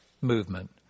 movement